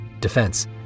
Defense